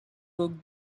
cooked